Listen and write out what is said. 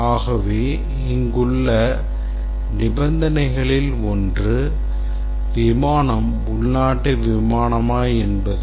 ஆகவே இங்குள்ள நிபந்தனைகளில் ஒன்று விமானம் உள்நாட்டு விமானமா என்பது